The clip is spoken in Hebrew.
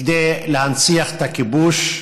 כדי להנציח את הכיבוש,